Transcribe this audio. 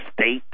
state